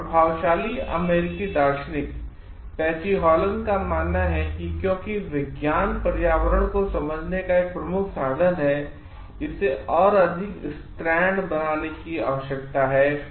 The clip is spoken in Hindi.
एक प्रभावशाली अमेरिकी दार्शनिकपैटीहॉलन कामानना है कि क्योंकि विज्ञान पर्यावरण को समझने का एक प्रमुख साधन हैइसे और अधिक स्त्रैण बनाने की आवश्यकता है